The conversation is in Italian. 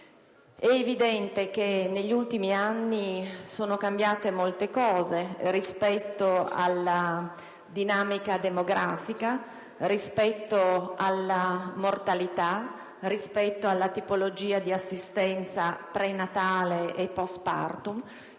È evidente che negli ultimi anni sono cambiate molte cose rispetto alla dinamica demografica, alla mortalità e alla tipologia di assistenza prenatale e *post partum*,